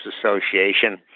Association